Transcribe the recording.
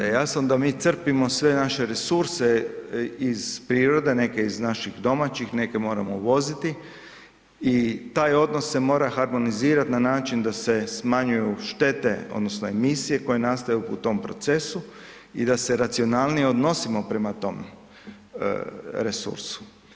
Ja sam da mi crpimo sve naše resurse iz prirode, neke iz naših domaćih neke moramo uvoziti i taj odnos se mora harmonizirat na način da se smanjuju štete odnosno emisije koje nastaju u tom procesu i da se racionalnije odnosimo prema tom resursu.